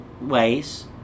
ways